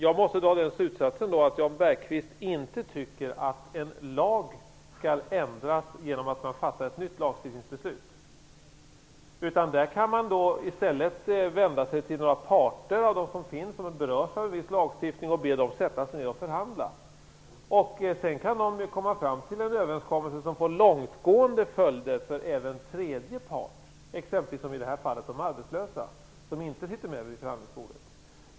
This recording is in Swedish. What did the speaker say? Jag måste dra den slutsatsen att Jan Bergqvist inte tycker att en lag skall ändras genom att man fattar ett beslut om en ny lag. Man kan i stället vända sig till några parter som berörs av en viss lagstiftning och be dem att förhandla. De kan komma fram till en överenskommelse som får långtgående följder för även tredje part, i det här fallet de arbetslösa som inte sitter med vid förhandlingsbordet.